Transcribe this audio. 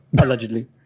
allegedly